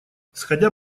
сходя